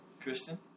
Kristen